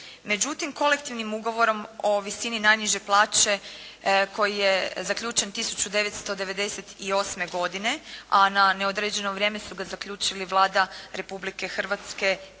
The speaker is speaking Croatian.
Međutim, kolektivnim ugovorom o visini najniže plaće koji je zaključen 1998. godine, a na neodređeno vrijeme su ga zaključili Vlada Republike Hrvatske